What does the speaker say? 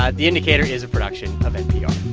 ah the indicator is a production of npr